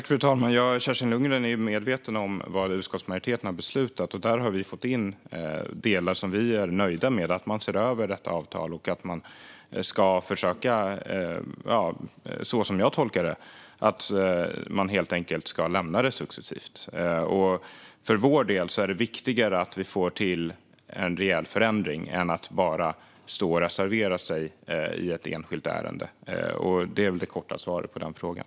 Fru talman! Kerstin Lundgren är medveten om vad utskottsmajoriteten har beslutat, och där har vi fått in delar som vi är nöjda med, som att man ska se över avtalet och, som jag tolkar det, successivt ska lämna det. För vår del är det viktigare att vi får till en reell förändring än att bara reservera sig i ett enskilt ärende. Det är mitt korta svar på frågan.